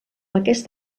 aquest